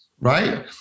right